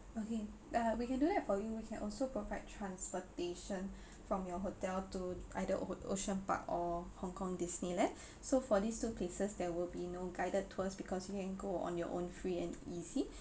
okay uh we can do that for you we can also provide transportation from your hotel to either o~ ocean park or hong-kong disneyland so for these two places there will be no guided tours because you can go on your own free and easy